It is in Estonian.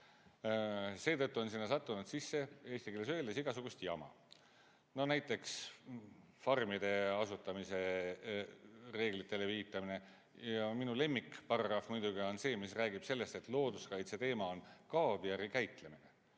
Seetõttu on sinna sattunud sisse eesti keeles öeldes igasugust jama. Näiteks, farmide asutamise reeglitele viitamine. Minu lemmikparagrahv muidugi on see, mis räägib sellest, et looduskaitse teema on kaaviari käitlemine.